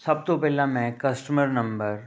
ਸਭ ਤੋਂ ਪਹਿਲਾਂ ਮੈਂ ਕਸਟਮਰ ਨੰਬਰ